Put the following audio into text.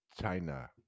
China